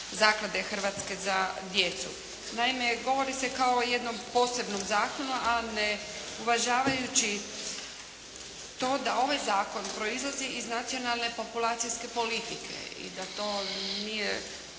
Zaklade „Hrvatska za djecu“. Naime, govori se kao o jednom posebnom zakonu, a ne uvažavajući to da ovaj zakon proizlazi iz nacionalne populacijske politike i da to nije